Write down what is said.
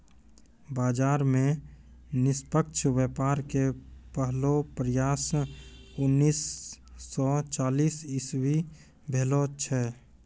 बाजार मे निष्पक्ष व्यापार के पहलो प्रयास उन्नीस सो चालीस इसवी भेलो छेलै